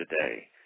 today